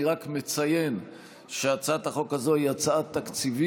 אני רק מציין שהצעת החוק הזאת היא הצעה תקציבית,